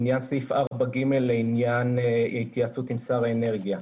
בעניין סעיף 4(ג) לעניין התייעצות עם שר האנרגיה.